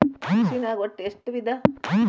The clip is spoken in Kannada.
ಕೃಷಿನಾಗ್ ಒಟ್ಟ ಎಷ್ಟ ವಿಧ?